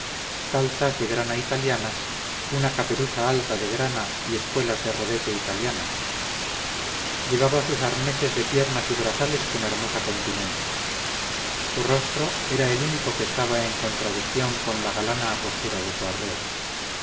calzas de grana italianas una caperuza alta de grana y espuelas de rodete italianas llevaba sus arneses de piernas y brazales con hermosa continencia su rostro era el único que estaba en contradicción con la galana apostura de su arreo